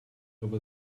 over